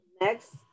Next